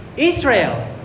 Israel